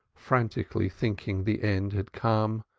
frantically, thinking the end had come,